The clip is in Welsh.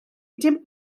dim